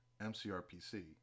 MCRPC